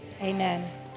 Amen